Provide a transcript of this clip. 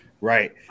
right